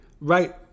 Right